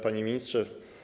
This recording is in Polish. Panie Ministrze!